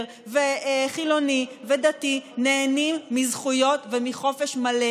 חילוני ודתי נהנים מזכויות ומחופש מלא,